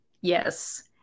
Yes